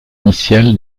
initial